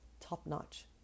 top-notch